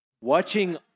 Watching